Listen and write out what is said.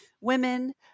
women